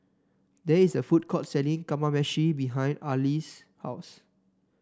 there is a food court selling Kamameshi behind Arlis' house